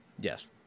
Yes